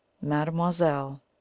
Mademoiselle